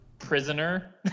prisoner